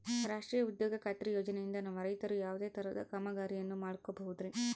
ರಾಷ್ಟ್ರೇಯ ಉದ್ಯೋಗ ಖಾತ್ರಿ ಯೋಜನೆಯಿಂದ ನಮ್ಮ ರೈತರು ಯಾವುದೇ ತರಹದ ಕಾಮಗಾರಿಯನ್ನು ಮಾಡ್ಕೋಬಹುದ್ರಿ?